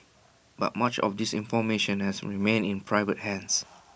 but much of this information has remained in private hands